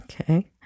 Okay